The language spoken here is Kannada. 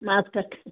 ಮಾಸ್ಕ್ ಹಾಕಿ